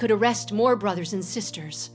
could arrest more brothers and sisters